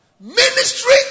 Ministry